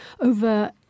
over